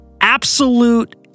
absolute